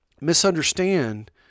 misunderstand